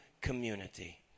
community